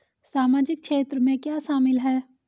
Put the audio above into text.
सामाजिक क्षेत्र में क्या शामिल है?